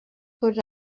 put